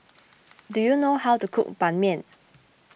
do you know how to cook Ban Mian